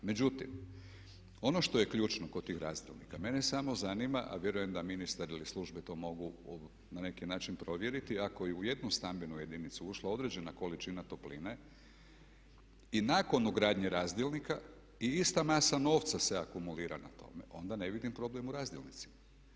Međutim, ono što je ključno kod tih razdjelnika mene samo zanima, a vjerujem da ministar ili službe to mogu na neki način provjeriti ako je u jednu stambenu jedinicu ušla određena količina topline i nakon ugradnje razdjelnika i ista masa novca se akumulira na tome onda ne vidim problem u razdjelnicima.